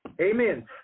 Amen